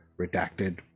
Redacted